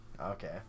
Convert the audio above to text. Okay